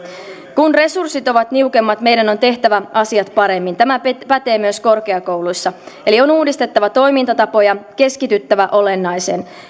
kun resurssit ovat niukemmat meidän on tehtävä asiat paremmin tämä pätee myös korkeakouluissa eli on uudistettava toimintatapoja keskityttävä olennaiseen